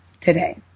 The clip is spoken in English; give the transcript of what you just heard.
today